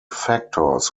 factors